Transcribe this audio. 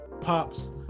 Pops